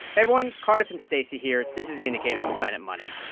everyone. cardiff and stacey here. this is the indicator from planet money.